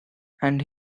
and